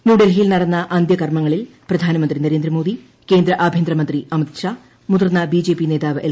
ന്യൂഡൽഹിയിൽ നടന്ന അന്ത്യകർമ്മങ്ങളിൽ പ്രധാനമന്ത്രി നരേന്ദ്രമോദി കേന്ദ്ര ആഭ്യന്തരമന്ത്രി അമിത്ഷാ മുതിർന്ന ബിജെപി നേതാവ് എൽ